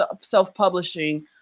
self-publishing